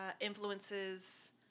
influences